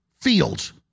fields